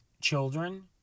children